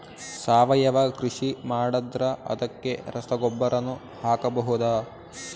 ಸಾವಯವ ಕೃಷಿ ಮಾಡದ್ರ ಅದಕ್ಕೆ ರಸಗೊಬ್ಬರನು ಹಾಕಬಹುದಾ?